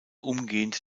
umgehend